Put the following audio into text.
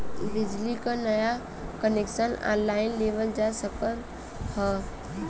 बिजली क नया कनेक्शन ऑनलाइन लेवल जा सकत ह का?